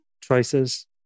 choices